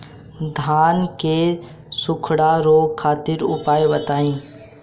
धान के सुखड़ा रोग खातिर उपाय बताई?